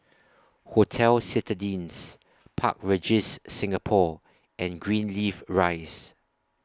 Hotel Citadines Park Regis Singapore and Greenleaf Rise